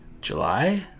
July